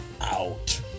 out